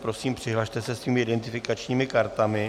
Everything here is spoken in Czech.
Prosím, přihlaste se svými identifikačními kartami.